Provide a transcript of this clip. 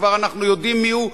שכבר אנחנו יודעים מי הוא,